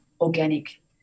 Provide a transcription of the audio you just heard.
organic